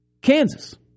Kansas